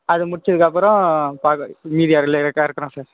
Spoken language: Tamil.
அது முடிச்சதுக்கப்புறோம் பார்க்கும் மீதி அதுல இறக்குறன் சார்